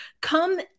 come